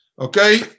Okay